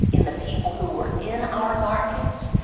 in the people who were in our markets,